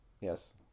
Yes